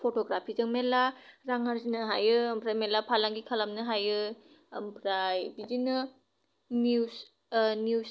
फट'ग्राफिजों मेल्ला रां आर्जिनो हायो मेल्ला फालांगि खालामनो हायो आमफ्राय बिदिनो निउज निउज